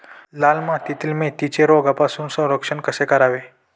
लाल मातीतील मेथीचे रोगापासून संरक्षण कसे करावे?